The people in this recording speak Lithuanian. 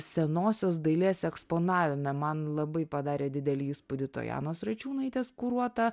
senosios dailės eksponavime man labai padarė didelį įspūdį tojanos račiūnaitės kuruota